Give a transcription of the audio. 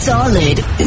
Solid